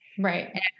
Right